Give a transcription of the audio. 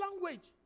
language